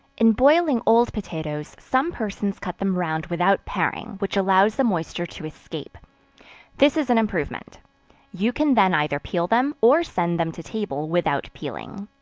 in boiling old potatoes, some persons cut them round without paring, which allows the moisture to escape this is an improvement you can then either peel them or send them to table without peeling.